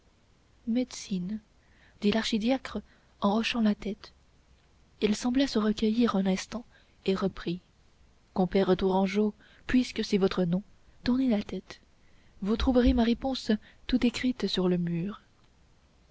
médecine médecine dit l'archidiacre en hochant la tête il sembla se recueillir un instant et reprit compère tourangeau puisque c'est votre nom tournez la tête vous trouverez ma réponse tout écrite sur le mur